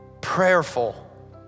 prayerful